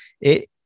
It-